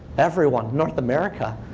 everyone north america,